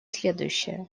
следующее